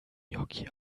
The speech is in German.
gnocchi